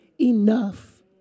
enough